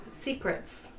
secrets